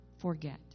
forget